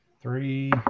three